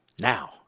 Now